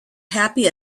happy